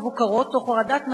איזו אמירה בעניין "תג